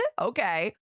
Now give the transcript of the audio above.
okay